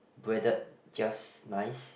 breaded just nice